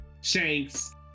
shanks